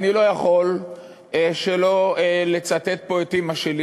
אני לא יכול שלא לצטט פה את אימא שלי,